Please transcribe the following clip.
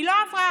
היא לא עברה,